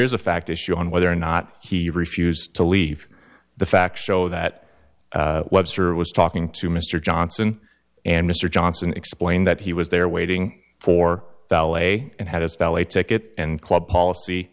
is a fact issue on whether or not he refused to leave the facts show that webster was talking to mr johnson and mr johnson explained that he was there waiting for valet and had his valet ticket and club policy